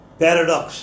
paradox